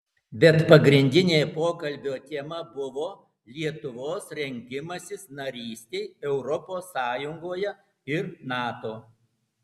bet pagrindinė pokalbio tema buvo lietuvos rengimasis narystei europos sąjungoje ir nato